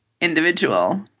individual